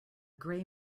gray